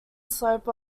slope